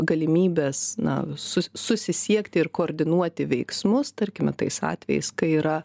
galimybės na su su susisiekti ir koordinuoti veiksmus tarkime tais atvejais kai yra